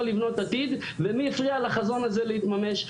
לבנות עתיד ומי הפריע לחזון הזה להתממש.